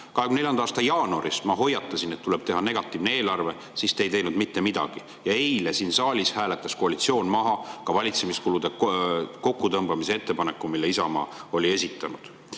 2024. aasta jaanuaris ma hoiatasin, et tuleb teha negatiivne eelarve, siis te ei teinud mitte midagi. Ja eile siin saalis hääletas koalitsioon maha valitsemiskulude kokkutõmbamise ettepaneku, mille Isamaa oli esitanud.